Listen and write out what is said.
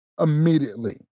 immediately